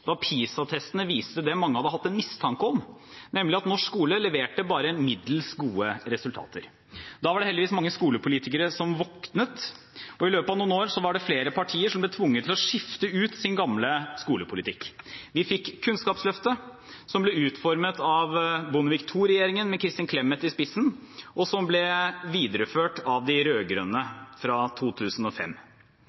da PISA-testene viste det mange hadde hatt en mistanke om, nemlig at norsk skole leverte bare middels gode resultater. Da var det heldigvis mange skolepolitikere som våknet, og i løpet av noen år var det flere partier som ble tvunget til å skifte ut sin gamle skolepolitikk. Vi fikk Kunnskapsløftet, som ble utformet av Bondevik II-regjeringen med Kristin Clemet i spissen, og som ble videreført av de rød-grønne fra 2005.